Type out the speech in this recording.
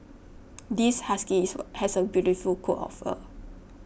this husky has a beautiful coat of fur